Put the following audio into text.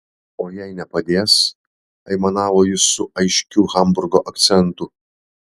o jei nepadės aimanavo jis su aiškiu hamburgo akcentu